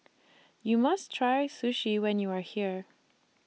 YOU must Try Sushi when YOU Are here